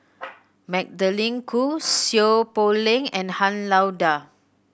Magdalene Khoo Seow Poh Leng and Han Lao Da